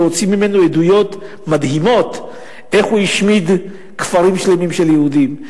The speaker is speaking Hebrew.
והוציא ממנו עדויות מדהימות איך הוא השמיד כפרים שלמים של יהודים.